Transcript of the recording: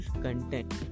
content